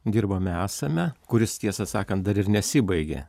dirbame esame kuris tiesą sakant dar ir nesibaigė